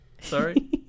Sorry